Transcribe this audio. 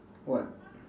what